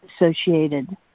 associated